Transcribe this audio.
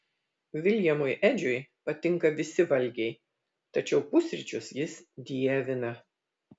viljamui edžiui patinka visi valgiai tačiau pusryčius jis dievina